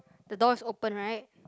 the door is open right